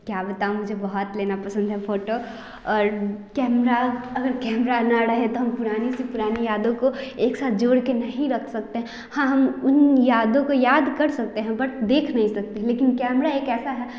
क्या बताऊँ मुझे बहुत लेना पसंद है फोटो और कैमरा और कैमरा ना रहे तो हम पुरानी से पुरानी यादों को एक साथ जोड़कर नहीं रख सकते हैं हाँ हम उन यादों को याद कर सकते हैं बट देख नहीं सकते लेकिन कैमरा एक ऐसा है